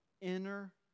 Inner